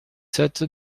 sept